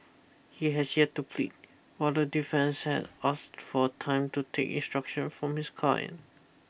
he has yet to plead while the defence had asked for time to take instruction from his client